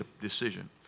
decision